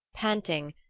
panting,